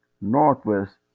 Northwest